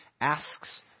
asks